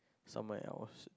somewhere else